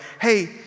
hey